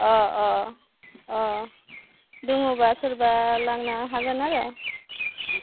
अ अ अ दङब्ला सोरबा लांनो हागोन आर'